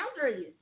boundaries